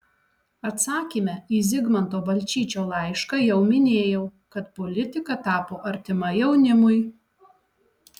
atsakyme į zigmanto balčyčio laišką jau minėjau kad politika tapo artima jaunimui